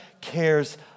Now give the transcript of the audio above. cares